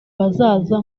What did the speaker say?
bazaza